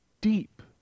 deep